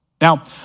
Now